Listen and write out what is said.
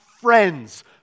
friends